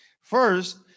first